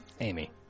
Amy